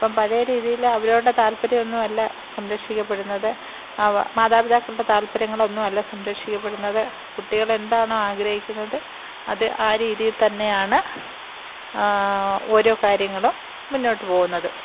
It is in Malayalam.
ഇപ്പം പഴയ രീതിയിൽ അവരോട് താല്പ്പര്യമൊന്നുമില്ല സംരക്ഷിക്കപ്പെടുന്നത് അവ മാതാപിതാക്കളുടെ താല്പ്പര്യങ്ങളൊന്നും അല്ല സംരക്ഷിക്കപ്പെടുന്നത് കുട്ടികൾ എന്താണോ ആഗ്രഹിക്കുന്നത് അത് ആ രീതിയിൽ തന്നെയാണ് ഓരോ കാര്യങ്ങളും മുന്നോട്ട് പോകുന്നത്